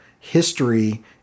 history